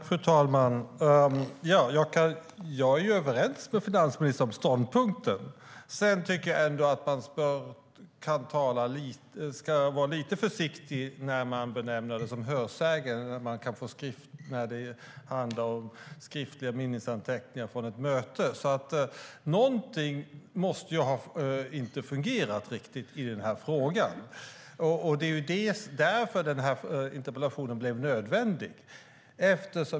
Fru talman! Jag är överens med finansministern om ståndpunkten. Sedan tycker jag att man ska vara lite försiktig med att tala om hörsägen när det handlar om skriftliga minnesanteckningar från ett möte. Det måste vara något som inte har fungerat riktigt i den här frågan, och det är därför den här interpellationen blev nödvändig.